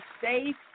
safe